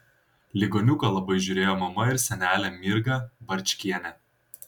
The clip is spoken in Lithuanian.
ligoniuką labai žiūrėjo mama ir senelė mirga barčkienė